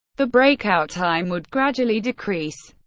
the breakout time would gradually decrease.